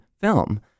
film